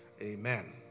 Amen